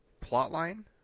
plotline